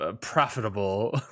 profitable